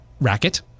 racket